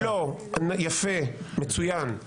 יפה, מצוין.